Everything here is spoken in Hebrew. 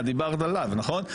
דיברת עליו, נכון?